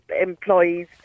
employees